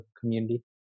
community